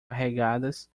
carregadas